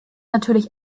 natürlich